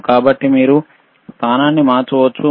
కాబట్టి మీరు స్థానాన్ని మార్చవచ్చు మీరు గమనించవచ్చు